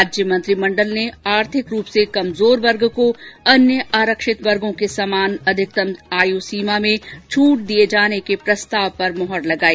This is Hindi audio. राज्य मंत्रिमंडल ने आर्थिक रूप से कमजोर वर्ग को अन्य आरक्षित वर्गों के समान अधिकतम आय सीमा में छट दिए जाने के प्रस्ताव पर मुहर लगाई